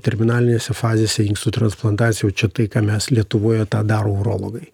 terminalinėse fazėse inkstų transplantacija jau čia tai ką mes lietuvoje tą daro urologai